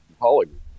Hollywood